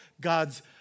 God's